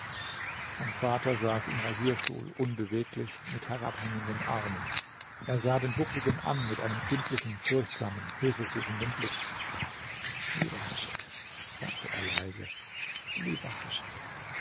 mein vater saß im rasierstuhl unbeweglich mit herabhängenden armen er sah den buckligen an mit einem kindlichen furchtsamen hilfesuchenden blick lieber haschek sagte er leise lieber